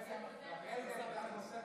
ואחרי זה עמדה נוספת,